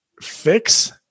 fix